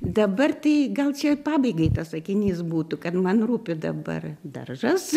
dabar tai gal čia pabaigai tas sakinys būtų kad man rūpi dabar daržas